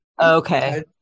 okay